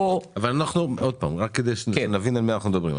רק כדי שנבין על מה אנחנו מדברים.